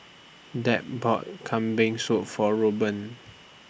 Deb bought Kambing Soup For Rueben